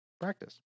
practice